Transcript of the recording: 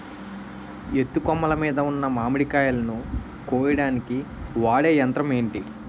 ఎత్తు కొమ్మలు మీద ఉన్న మామిడికాయలును కోయడానికి వాడే యంత్రం ఎంటి?